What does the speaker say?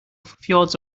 fjords